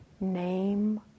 name